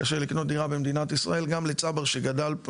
קשה לקנות דירה במדינת ישראל גם לצבר שגדל פה,